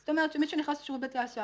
זאת אומרת שמי שנכנס לשירות בתי הסוהר